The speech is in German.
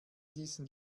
diesen